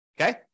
Okay